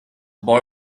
boy